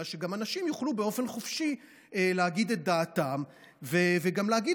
אלא שאנשים יוכלו באופן חופשי להגיד את דעתם וגם להגיד